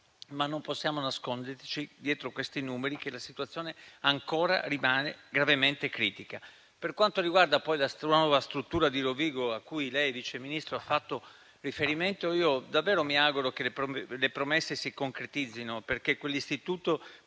ma non possiamo nasconderci, forti di questi numeri, che la situazione ancora rimane gravemente critica. Per quanto riguarda poi la nuova struttura di Rovigo a cui lei, Vice Ministro, ha fatto riferimento, davvero mi auguro che le promesse si concretizzino, perché quell'istituto